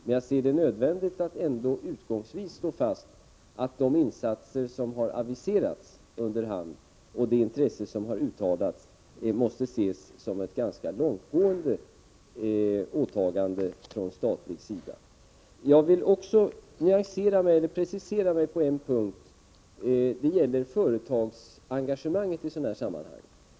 Utgångsvis måste jag ändå slå fast att de insatser som under hand har aviserats och det intresse som har uttalats vittnar om ganska långtgående åtaganden från statens sida. På en punkt vill jag precisera mig, nämligen beträffande företagsengagemanget i sådana här sammanhang.